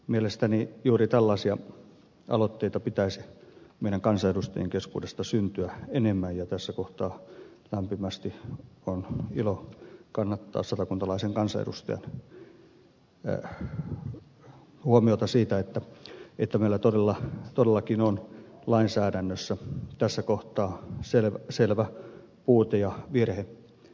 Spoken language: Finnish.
mielestäni juuri tällaisia aloitteita pitäisi meidän kansanedustajien keskuudesta syntyä enemmän ja tässä kohtaa on lämpimästi ilo kannattaa satakuntalaisen kansanedustajan huomiota siitä että meillä todellakin on lainsäädännössä tässä kohtaa selvä puute ja virhe